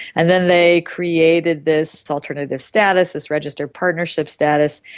and then they created this alternative status, this registered partnership status,